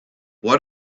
what